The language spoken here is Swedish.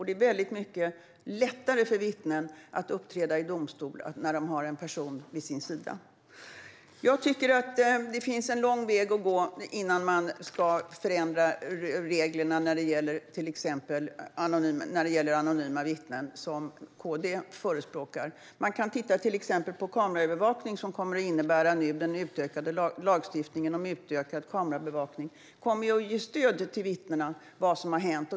Det är väldigt mycket lättare för vittnen att uppträda i domstol när de har en person vid sin sida. Jag tycker att det finns en lång väg att gå innan man ska förändra reglerna när det gäller anonyma vittnen, som KD förespråkar. Man kan till exempel titta på kameraövervakning. Lagstiftningen om utökad kameraövervakning kommer att ge stöd till vittnena när det gäller vad som har hänt.